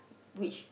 which